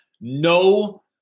no